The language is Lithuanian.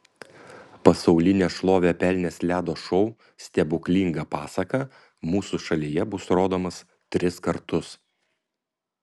pasaulinę šlovę pelnęs ledo šou stebuklinga pasaka mūsų šalyje bus rodomas tris kartus